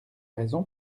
raison